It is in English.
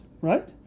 right